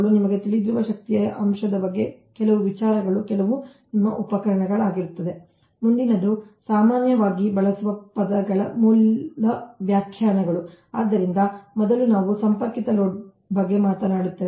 ನಿಮಗೆ ತಿಳಿದಿರುವ ಶಕ್ತಿಯ ಅಂಶದ ಬಗ್ಗೆ ಕೆಲವು ವಿಚಾರಗಳು ಕೆಲವು ನಿಮ್ಮ ಉಪಕರಣಗಳು ಮುಂದಿನದು ಸಾಮಾನ್ಯವಾಗಿ ಬಳಸುವ ಪದಗಳ ಮೂಲ ವ್ಯಾಖ್ಯಾನಗಳು ಆದ್ದರಿಂದ ಮೊದಲು ನಾವು ಸಂಪರ್ಕಿತ ಲೋಡ್ ಬಗ್ಗೆ ಮಾತನಾಡುತ್ತೇವೆ